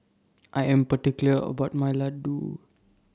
I Am particular about My Ladoo